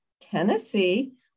Tennessee